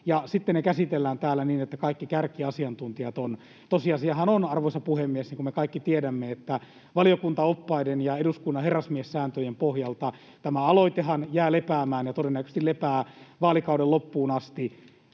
sitten ne käsitellään täällä niin, että on kaikki kärkiasiantuntijat. Tosiasiahan on, arvoisa puhemies, niin kuin me kaikki tiedämme, että valiokuntaoppaiden ja eduskunnan herrasmiessääntöjen pohjalta tämä aloitehan jää lepäämään ja todennäköisesti lepää vaalikauden loppuun asti.